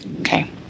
Okay